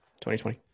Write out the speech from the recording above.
2020